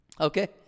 Okay